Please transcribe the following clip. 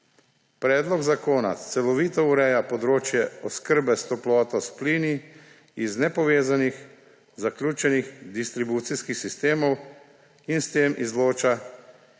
Predlog zakona celovito ureja področje oskrbe s toploto s plini iz nepovezanih zaključenih distribucijskih sistemov in s tem izloča